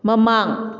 ꯃꯃꯥꯡ